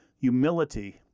humility